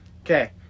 Okay